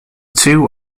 two